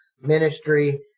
ministry